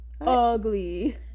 ugly